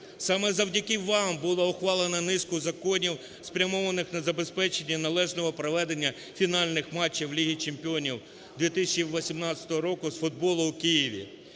саме завдяки вам було ухвалено низку законів, спрямованих на забезпечення належного проведення фінальних матчів Ліги чемпіонів 2018 з футболу в Києві.